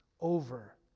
over